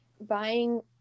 buying